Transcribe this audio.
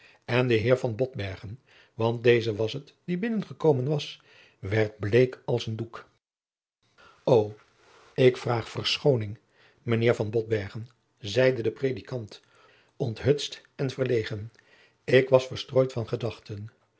en de heer van botbergen want deze was het die binnengekomen was werd bleek als een doek o ik vraag verschooning mijnheer van botbergen zeide de predikant onthutst en verlegen ik was verstrooid van gedachten